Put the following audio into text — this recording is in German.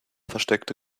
versteckte